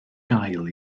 gael